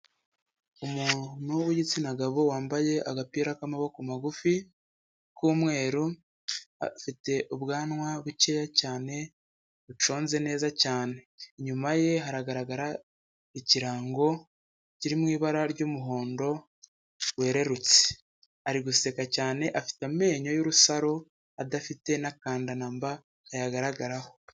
Umu ntu w'igitsina gabo wambaye agapira k'amaboko magufi k'umweru, afite ubwanwa bukeya cyane buconze neza cyane, inyuma ye haragaragara ikirango kiri mu ibara ry'umuhondo werurutse, ari guseka cyane afite amenyo y'urusaro adafite n'akanda na mba kayagaragaraho.